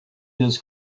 his